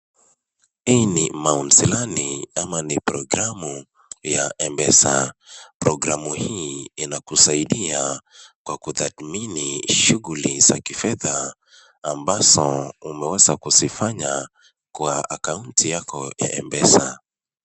Hii ni My Account ama ni programu ya M-Pesa . Programu hii inakusaidia kwa kudhamini shughuli za kifedha ambazo umeweza kuzifanya kwa akaunti yako ya M-Pesa .